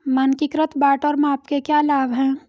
मानकीकृत बाट और माप के क्या लाभ हैं?